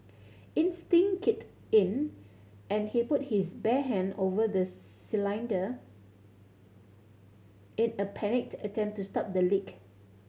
instinct kicked in and he put his bare hand over the cylinder in a panicked attempt to stop the leak